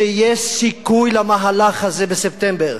שיש סיכוי למהלך הזה בספטמבר,